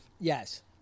Yes